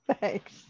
thanks